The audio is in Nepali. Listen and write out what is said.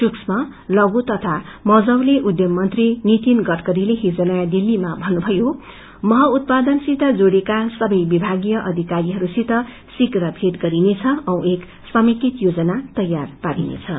सूक्ष्म लघू तथ मझौले उदयम मंत्री नीतिन गड़करीले हिज नयाँ दिल्लीमा भन्नुभयो मह उत्पादनसित जोड़िएका सबै विभागीय अधिकरीहरू शीघ्र भेटनेछौ औ एक समेकित योजना तैयार पार्नेछौ